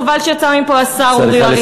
חבל שיצא מפה השר אורי אריאל.